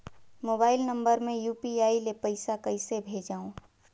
Mobile number मे UPI ले पइसा कइसे भेजवं?